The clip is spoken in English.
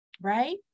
right